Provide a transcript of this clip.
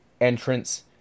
entrance